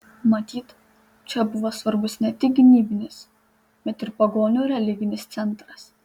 matyt čia buvo svarbus ne tik gynybinis bet ir pagonių religinis centras